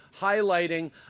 highlighting